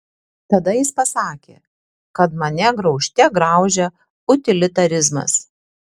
tada jis pasakė kad mane graužte graužia utilitarizmas